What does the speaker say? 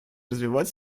развивать